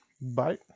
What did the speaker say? bye